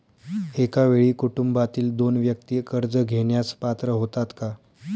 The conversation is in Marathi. एका वेळी कुटुंबातील दोन व्यक्ती कर्ज घेण्यास पात्र होतात का?